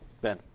Ben